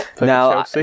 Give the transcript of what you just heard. Now